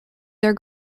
their